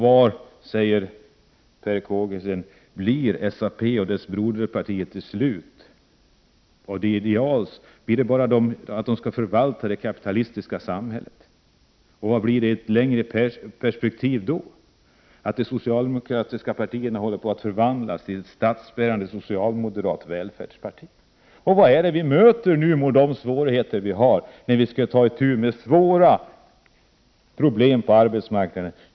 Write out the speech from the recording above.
Vad, frågar Per Kågeson, blir SAP och dess broderpartier till slut? Vad blir det av deras ideal? Skall de bara förvalta det kapitalistiska samhället? Vad blir det då i ett längre perspektiv, om det socialdemokratiska partiet håller på att förvandlas till ett statsbärande socialmoderat välfärdsparti? Vad är det vi möter nu, med de svårigheter vi har, då vi skall ta itu med stora problem på arbetsmarknaden?